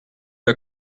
l’a